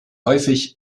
häufig